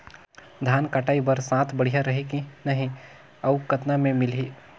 धान कटाई बर साथ बढ़िया रही की नहीं अउ कतना मे मिलही?